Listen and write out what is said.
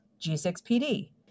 G6PD